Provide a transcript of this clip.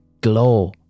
glow